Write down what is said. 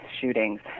shootings